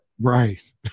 Right